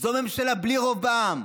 זו ממשלה בלי רוב בעם,